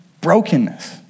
brokenness